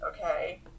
okay